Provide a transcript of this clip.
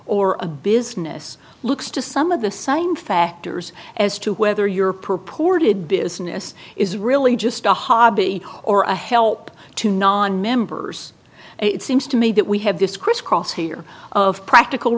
or a business looks to some of the same factors as to whether your purported business is really just a hobby or a help to nonmembers it seems to me that we have this crisscross here of practical